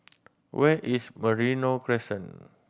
where is Merino Crescent